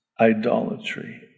idolatry